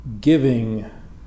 giving